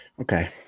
Okay